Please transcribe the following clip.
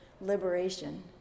liberation